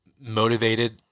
motivated